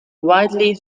widely